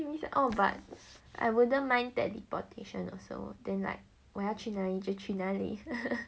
oh but I wouldn't mind that teleportation also then like 我要去哪里去哪里